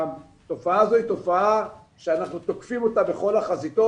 שהתופעה הזאת היא תופעה שאנחנו תוקפים אותה בכל החזיתות.